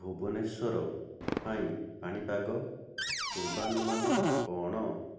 ଭୁବନେଶ୍ୱର ପାଇଁ ପାଣିପାଗ ପୂର୍ବାନୁମାନ କ'ଣ